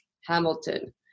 Hamilton